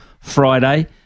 Friday